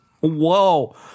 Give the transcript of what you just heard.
Whoa